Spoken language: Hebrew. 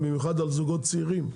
במיוחד על זוגות צעירים.